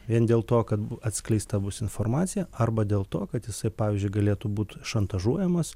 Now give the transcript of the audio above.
vien dėl to kad atskleista mūsų informacija arba dėl to kad jisai pavyzdžiui galėtų būt šantažuojamas